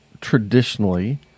traditionally